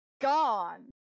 gone